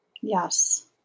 Yes